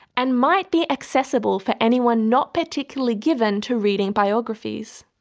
and might be accessible for anyone not particularly given to reading biographies.